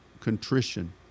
contrition